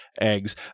eggs